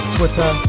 Twitter